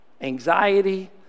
Anxiety